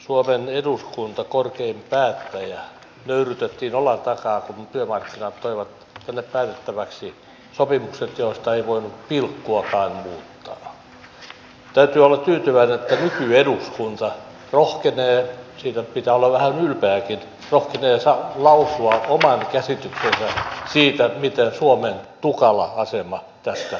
on tosi kiva huomata että muutamassa puheenvuorossa tartuttiin tähän ajatukseen minkä halusin välittää että jos esimerkiksi liikunnan kautta meidän sairastavuus vähenee sitä vähemmän meillä on terveydenhuoltomenoja sitä vähemmän meillä on sosiaalipuolen menoja sitä vähemmän meillä on koko valtiontalouden menoja